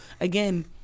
Again